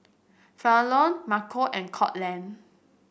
Falon Marco and Courtland